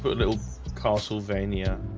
but little castlevania